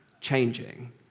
changing